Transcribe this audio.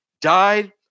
died